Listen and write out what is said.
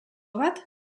bat